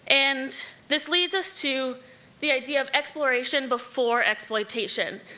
and this leads us to the idea of exploration before exploitation.